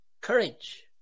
courage